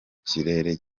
kirere